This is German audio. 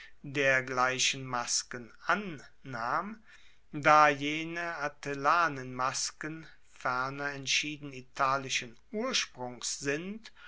dergleichen masken an nahm da jene atellanenmasken ferner entschieden italischen ursprungs sind